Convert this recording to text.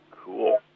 Cool